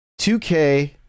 2k